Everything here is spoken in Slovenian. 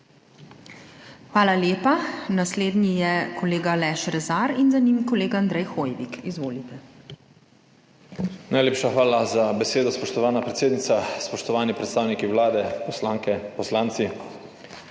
Hvala lepa. Naslednji je kolega Aleš Rezar in za njim kolega Andrej Hoivik. Izvolite. ALEŠ REZAR (PS Svoboda): Najlepša hvala za besedo, spoštovana predsednica. Spoštovani predstavniki vlade, poslanke, poslanci!